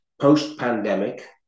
post-pandemic